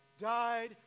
died